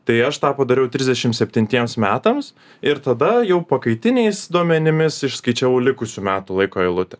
tai aš tą padariau trisdešim septintiems metams ir tada jau pakaitiniais duomenimis išskaičiavau likusių metų laiko eilutę